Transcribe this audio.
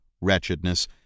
wretchedness